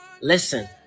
listen